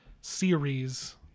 series